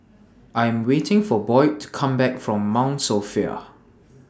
I Am waiting For Boyd to Come Back from Mount Sophia